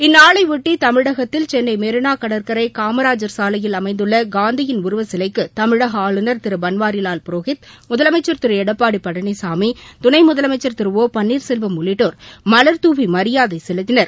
இந்நாளைபொட்டி தமிழகத்தில் சென்னை மெினா கடற்கரை காமராஜர் சாவையில் அமைந்துள்ள காந்தியின் உருவச்சிலைக்கு தமிழக ஆளுநர் திரு பள்வாரிலால் புரோஹித் முதலமம்சா் திரு எடப்பாடி பழனிசாமி துணை முதலமைச்சர் திரு ஓ பன்னீர்செல்வம் உள்ளிட்டோர் மலர்துவி மரியாதை செலுத்தினர்